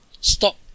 stop